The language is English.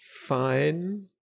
fine